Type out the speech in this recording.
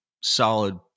solid